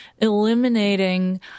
eliminating